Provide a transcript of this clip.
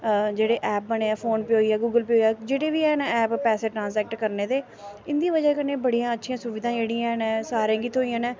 जेह्ड़े ऐप बने फोन पे होई गेआ गूगल पे होई गेआ जेह्ड़े बी हैन ऐप पैसे ट्रांसजैक्ट करने दे इंदियां बजह कन्नै बड़ियां अच्छियां सुविधा जेह्ड़ियां न सारें गी थ्होइयां न